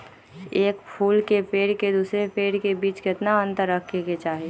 एक फुल के पेड़ के दूसरे पेड़ के बीज केतना अंतर रखके चाहि?